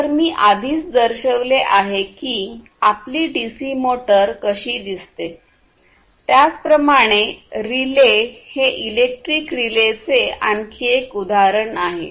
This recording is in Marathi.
तर मी आधीच दर्शविले आहे की आपली डीसी मोटार कशी दिसते त्याचप्रमाणे रिले हे इलेक्ट्रिक रिलेचे आणखी एक उदाहरण आहे